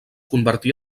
convertí